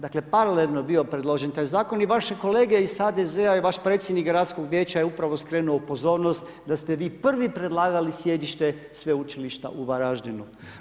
Dakle paralelno je bio predložen taj zakon i vaše kolege iz HDZ-a i vaš predsjednik gradskog vijeća je upravo skrenuo pozornost da ste vi prvi predlagali sjedište sveučilišta u Varaždinu.